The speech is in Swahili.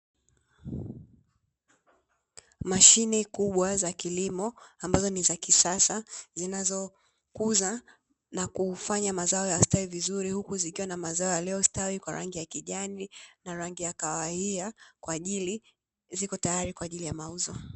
Mashine kubwa za kilimo ambazo ni za kisasa zinazokuza na kufanya mazao yastawi vizuri, huku zikiwa na mazao yaliyostawi kwa rangi ya kijani na rangi ya kahawia, ziko tayari kwa ajili ya mauzo.